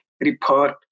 report